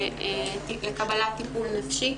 לקבלת טיפול נפשי.